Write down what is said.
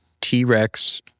T-Rex